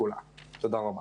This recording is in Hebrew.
תודה.